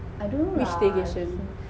which staycation